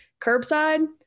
curbside